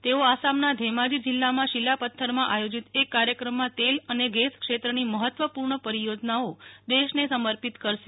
તેઓ આસામના ધેમાજીજીલ્લામાં સિલાપત્થરમાં આયોજીત એક કાર્યક્રમમાં તેલ અને ગેસ ક્ષેત્રની મહત્વપૂ ર્ણ પરિયોજનાઓ દેશને સમર્પિત કરશે